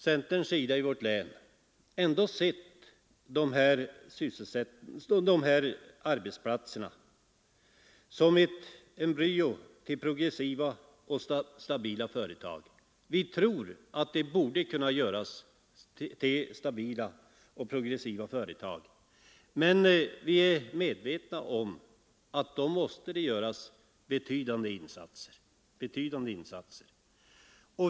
Centern i vårt län har emellertid sett dessa arbetsplatser som ett embryo till progressiva och stabila företag. Vi tror att så kan ske, men vi är medvetna om att då måste betydande insatser göras.